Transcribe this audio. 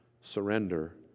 surrender